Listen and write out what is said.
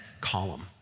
column